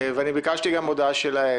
וביקשתי הודעה שלהם.